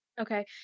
Okay